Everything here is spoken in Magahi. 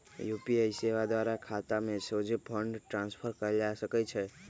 यू.पी.आई सेवा द्वारा खतामें सोझे फंड ट्रांसफर कएल जा सकइ छै